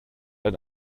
ein